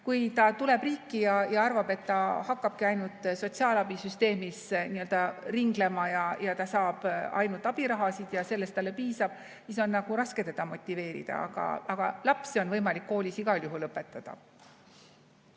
Kui ta tuleb riiki ja arvab, et ta hakkabki ainult sotsiaalabisüsteemis n-ö ringlema ja ta saab ainult abirahasid ja sellest talle piisab, siis on nagu raske teda motiveerida. Aga lapsi on võimalik koolis igal juhul õpetada.